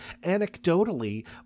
anecdotally